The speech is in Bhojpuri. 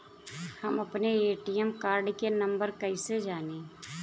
हम अपने ए.टी.एम कार्ड के नंबर कइसे जानी?